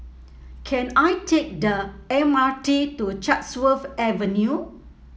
can I take the M R T to Chatsworth Avenue